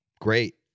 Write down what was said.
Great